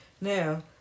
Now